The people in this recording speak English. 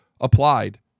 applied